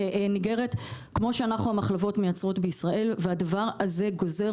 כמו שהמחלבות מייצרות בישראל והדבר הזה גוזר